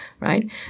Right